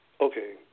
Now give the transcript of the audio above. okay